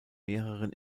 mehreren